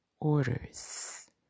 orders